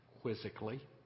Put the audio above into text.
quizzically